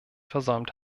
versäumt